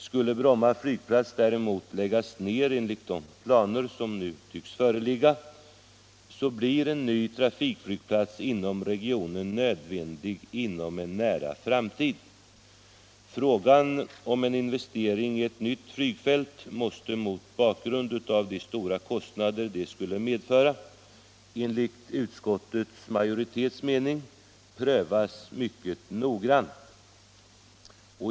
Skulle Bromma flygplats däremot läggas ned enligt de planer som nu tycks föreligga blir en ny trafikflygplats inom regionen nödvändig i en nära framtid. Frågan om en investering i ett nytt flygfält måste, mot bakgrund av de stora kostnader detta skulle medföra, enligt utskottsmajoritetens mening prövas mycket noggrant.